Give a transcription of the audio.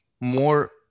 more